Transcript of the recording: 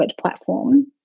platform